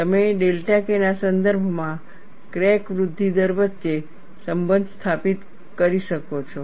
તમે delta K ના સંદર્ભમાં ક્રેક વૃદ્ધિ દર વચ્ચે સંબંધ સ્થાપિત કરી શકો છો